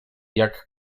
jak